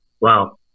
Wow